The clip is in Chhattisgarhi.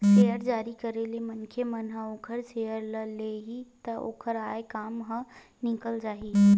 सेयर जारी करे ले मनखे मन ह ओखर सेयर ल ले लिही त ओखर आय काम ह निकल जाही